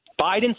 biden